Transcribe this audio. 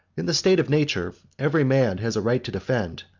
in the state of nature, every man has a right to defend,